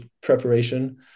preparation